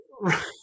Right